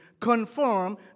confirm